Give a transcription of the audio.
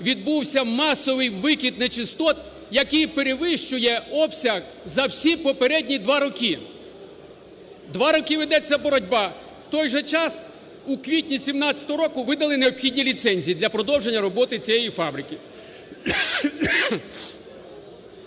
відбувся масовий викид нечистот, який перевищує обсяг за всі попередні два роки. Два роки ведеться боротьба, в той же час у квітні 2017 року видали необхідні ліцензії для продовження роботи цієї фабрики.